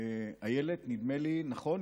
איילת, נדמה לי, נכון?